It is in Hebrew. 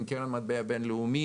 קרן המטבע הבין-לאומית,